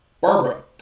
Barbara